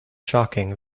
shocking